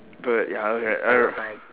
but ya I I